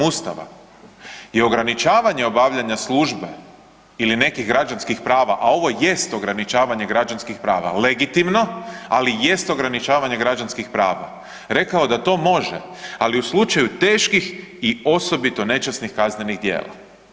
Ustava je ograničavanje obavljanja službe ili nekih građanskih prava, a ovo jest ograničavanje građanskih prava legitimno, ali jest ograničavanje građanskih prava rekao da to može ali u slučaju teških i osobito nečasnih kaznenih djela.